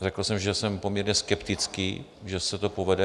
Řekl jsem, že jsem poměrně skeptický, že se to povede.